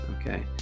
Okay